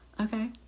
okay